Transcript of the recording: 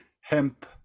hemp